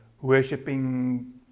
worshipping